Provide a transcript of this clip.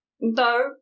no